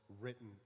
written